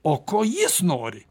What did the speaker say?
o ko jis nori